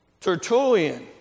Tertullian